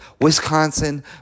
Wisconsin